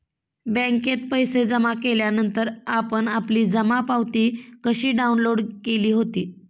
बँकेत पैसे जमा केल्यानंतर आपण आपली जमा पावती कशी डाउनलोड केली होती?